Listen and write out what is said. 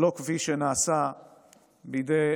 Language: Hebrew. שלא כפי שנעשה בידי